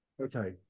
Okay